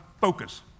focus